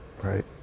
Right